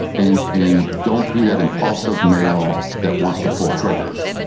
and and don't be that impulsive male that wants to pull triggers.